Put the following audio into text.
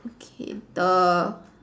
okay the